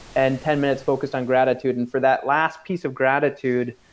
and ten minutes focused on gratitude. and for that last piece of gratitude,